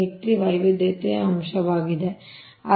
183 ವೈವಿಧ್ಯತೆಯ ಅಂಶವಾಗಿದೆ